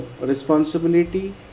responsibility